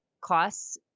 costs